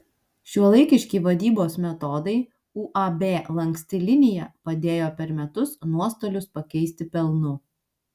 šiuolaikiški vadybos metodai uab lanksti linija padėjo per metus nuostolius pakeisti pelnu